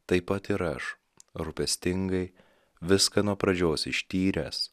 taip pat ir aš rūpestingai viską nuo pradžios ištyręs